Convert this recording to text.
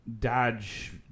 dodge